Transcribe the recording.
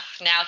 now